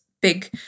big